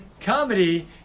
Comedy